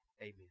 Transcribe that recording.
amen